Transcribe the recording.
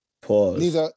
Pause